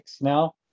now